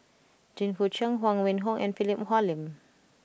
Jit Koon Ch'ng Huang Wenhong and Philip Hoalim